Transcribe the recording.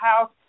house